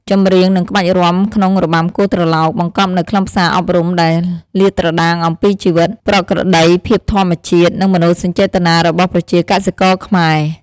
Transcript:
ចម្រៀង និងក្បាច់រាំក្នុងរបាំគោះត្រឡោកបង្កប់នូវខ្លឹមសារអប់រំ ដែលលាតត្រដាងអំពីជីវិត ប្រក្រតីភាពធម្មជាតិ និងមនោសញ្ចេតនារបស់ប្រជាកសិករខ្មែរ។